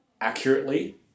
accurately